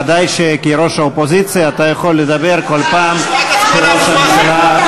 ודאי שכראש האופוזיציה אתה יכול לדבר כל פעם שראש הממשלה,